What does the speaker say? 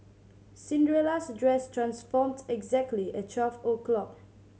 Cinderella's dress transformed exactly at twelve o' clock